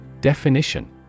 Definition